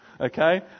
Okay